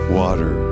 water